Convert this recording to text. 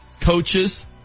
coaches